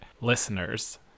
listeners